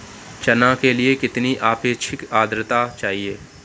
चना के लिए कितनी आपेक्षिक आद्रता चाहिए?